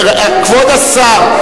כבוד השר,